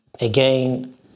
again